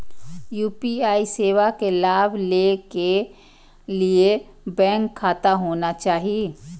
UPI सेवा के लाभ लै के लिए बैंक खाता होना चाहि?